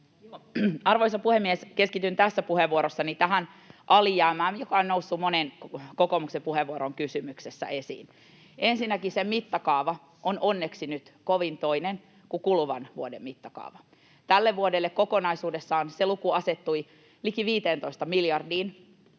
Arvoisa puhemies! Keskityn tässä puheenvuorossani tähän alijäämään, joka on noussut monen kokoomuksen puheenvuoron kysymyksessä esiin. Ensinnäkin se mittakaava on onneksi nyt kovin toinen kuin kuluvan vuoden mittakaava. Tälle vuodelle kokonaisuudessaan se luku asettui liki 15 miljardiin,